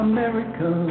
America